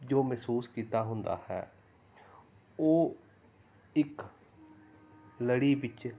ਜੋ ਮਹਿਸੂਸ ਕੀਤਾ ਹੁੰਦਾ ਹੈ ਉਹ ਇੱਕ ਲੜੀ ਵਿੱਚ